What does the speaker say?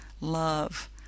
love